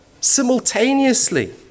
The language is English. simultaneously